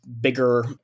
bigger